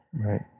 Right